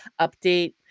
update